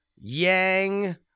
Yang